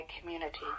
community